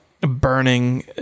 burning